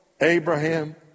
Abraham